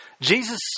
Jesus